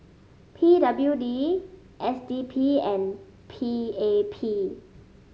P W D S D P and P A P